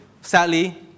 sadly